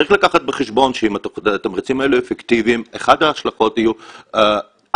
צריך לקחת בחשבון שאם התמריצים האלה אפקטיביים אחת ההשלכות יהיו האצה,